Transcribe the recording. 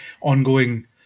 ongoing